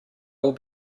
will